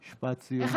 משפט סיום, בבקשה.